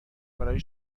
برای